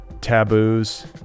taboos